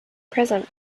present